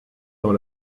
dans